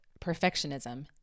perfectionism